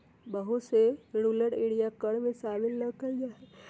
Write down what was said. बहुत से rural area में कर के शामिल ना कइल जा हई